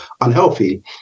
unhealthy